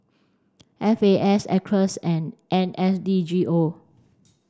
F A S Acres and N S D G O